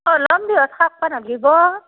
অ' ল'ম দিয়ক নালগিব